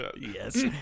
Yes